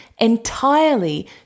entirely